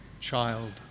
child